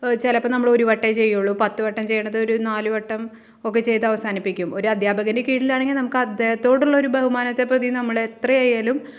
ചിലപ്പോൾ നമ്മൾ ഒരു വട്ടേ ചെയ്യുകയുള്ളൂ പത്ത് വട്ടം ചെയ്യുന്നത് ഒരു നാല് വട്ടം ഒക്കെ ചെയ്ത് അവസാനിപ്പിക്കും ഒരു അധ്യാപകൻ്റെ കീഴിലാണെങ്കിൽ നമുക്ക് അദ്ദേഹത്തോടുള്ള ഒരു ബഹുമാനത്തെ പ്രതി നമ്മൾ എത്രയായാലും